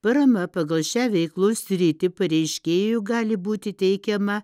parama pagal šią veiklos sritį pareiškėjui gali būti teikiama